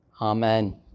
Amen